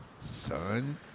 son